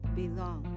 belong